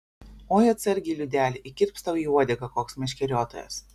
oi atsargiai liudeli įkirps tau į uodegą koks meškeriotojas